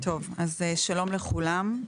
שלום לכולם.